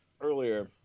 earlier